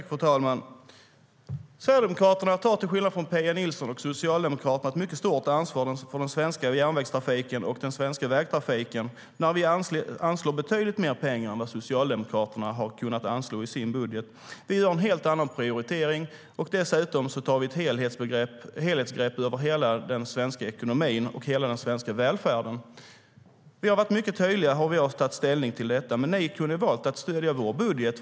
Fru talman! Sverigedemokraterna tar till skillnad från Pia Nilsson och Socialdemokraterna ett mycket stort ansvar för den svenska järnvägstrafiken och den svenska vägtrafiken när vi anslår betydligt mer pengar än vad Socialdemokraterna har kunnat anslå i sin budget. Ni kunde ha valt att stödja vår budget.